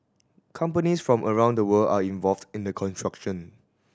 companies from around the world are involved in the construction